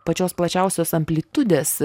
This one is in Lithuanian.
pačios plačiausios amplitudės